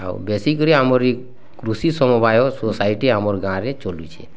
ଆଉ ବେଶୀ କିରି ଆମରି କୃଷି ସମବାୟ ସୋସାଇଟି ଆମର୍ ଗାଁରେ ଚଲୁଛେ